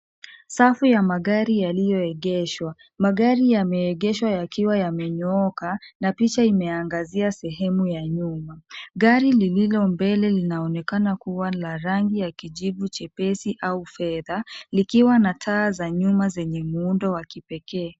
Safu ya magari yaliyoegeshwa. Magari yameegeshwa yakiwa yamenyooka na picha imeangazia sehemu ya nyuma. Gari lililo mbele linaonekana kuwa la rangi ya kijivu chepesi au fedha, likiwa na taa za nyuma zenye muundo wa kipekee.